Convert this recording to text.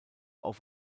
auf